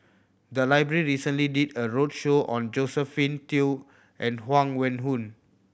the library recently did a roadshow on Josephine Teo and Huang Wenhong